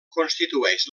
constitueix